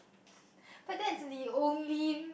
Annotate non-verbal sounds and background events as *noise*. *breath* but that's the only